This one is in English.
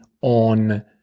on